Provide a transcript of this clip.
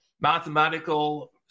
mathematical